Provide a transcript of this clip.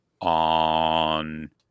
on